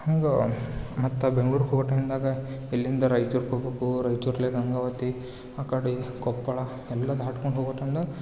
ಹಂಗೆ ಮತ್ತು ಬೆಂಗ್ಳೂರ್ ಹೋಗೋ ಟೈಮ್ದಾಗಾ ಇಲ್ಲಿಂದ ರಾಯಚೂರ್ ಹೋಗಬೇಕು ರಾಯಚೂರಲ್ ಗಂಗಾವತಿ ಆ ಕಡೆ ಕೊಪ್ಪಳ ಎಲ್ಲ ದಾಟ್ಕೊಂಡು ಹೋಗ್ಬೇಕಂದ